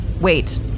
Wait